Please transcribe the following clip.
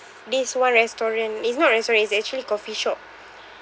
this [one] restaurant it's not restaurant it's actually coffee shop